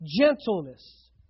gentleness